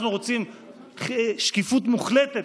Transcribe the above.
אנחנו רוצים שקיפות מוחלטת,